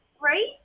Right